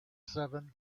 seven